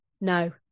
no